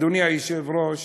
אדוני היושב-ראש,